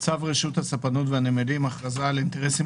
צו רשות הספנות והנמלים (הכרזה על אינטרסים